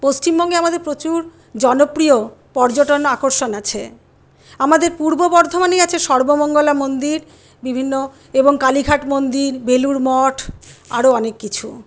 পশ্চিমবঙ্গে আমাদের প্রচুর জনপ্রিয় পর্যটন আকর্ষণ আছে আমাদের পূর্ব বর্ধমানেই আছে সর্বমঙ্গলা মন্দির বিভিন্ন এবং কালীঘাট মন্দির বেলুর মঠ আরও অনেক কিছু